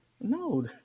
no